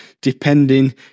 depending